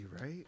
right